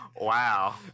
Wow